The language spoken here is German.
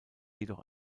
jedoch